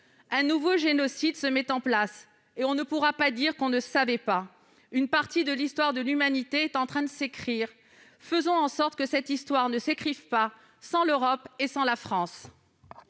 Un nouveau génocide se met en place, et l'on ne pourra pas dire que l'on ne savait pas. Une partie de l'histoire de l'humanité est en train de s'écrire : faisons en sorte qu'elle ne s'écrive pas sans l'Europe et sans la France